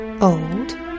old